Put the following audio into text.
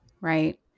Right